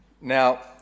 Now